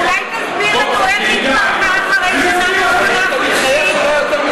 אולי תסביר לנו איך היא התפרקה אחרי שנה ושמונה חודשים,